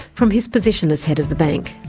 from his position as head of the bank.